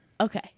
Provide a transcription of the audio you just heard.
Okay